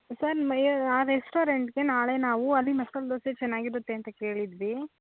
sir ಮೈಯ ಆ ರೆಸ್ಟೋರೆಂಟ್ಗೆ ನಾಳೆ ನಾವು ಅಲ್ಲಿ ಮಸಾಲೆ ದೋಸೆ ಚೆನ್ನಾಗಿರುತ್ತೆ ಅಂತ ಕೇಳಿದ್ವಿ